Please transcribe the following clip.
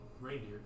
reindeer